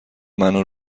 منو